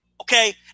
Okay